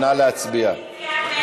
נא להצביע.